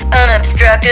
unobstructed